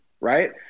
right